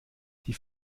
die